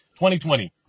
2020